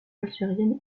algérienne